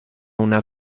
una